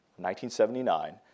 1979